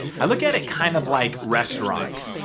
i look at at kind of like restaurants.